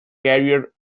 career